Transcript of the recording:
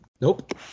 nope